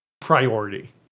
priority